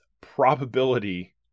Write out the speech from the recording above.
probability